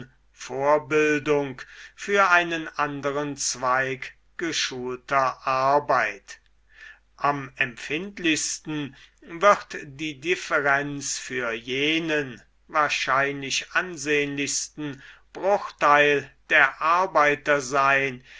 vorbildung für einen anderen zweig geschulter arbeit am empfindlichsten wird die differenz für jenen wahrscheinlich ansehnlichsten bruchteil der arbeiter sein